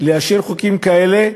לאשר חוקים כאלה.